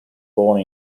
born